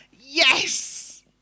Yes